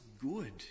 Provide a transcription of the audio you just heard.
good